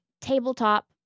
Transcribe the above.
tabletop